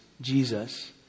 Jesus